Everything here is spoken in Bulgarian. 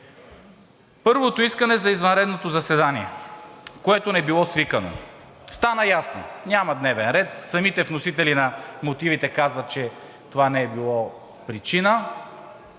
Първото искане за извънредното заседание, което не било свикано. Стана ясно – няма дневен ред. Самите вносители на мотивите казват, че това не е било причина.